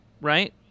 right